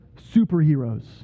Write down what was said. superheroes